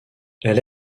elle